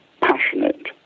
passionate